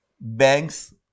banks